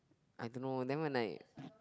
I don't know then when I